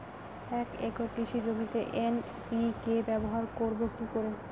এক একর কৃষি জমিতে এন.পি.কে ব্যবহার করব কি করে?